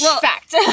Fact